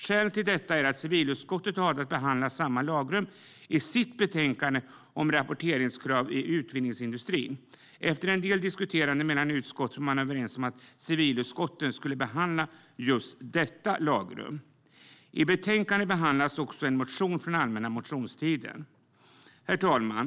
Skälen till detta är att civilutskottet har valt att behandla samma lagrum i sitt betänkande om rapporteringskrav i utvinningsindustrin. Efter en del diskuterande mellan utskotten kom man överens om att civilutskottet skulle behandla just detta lagrum. I betänkandet behandlas även en motion från den allmänna motionstiden. Herr talman!